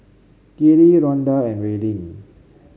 Kiley Ronda and Raelynn